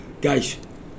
Guys